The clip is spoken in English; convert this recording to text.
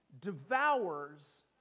devours